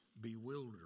bewildered